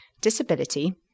disability